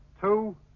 two